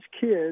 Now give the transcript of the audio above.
kids